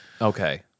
Okay